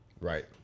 right